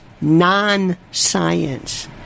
non-science